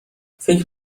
فکر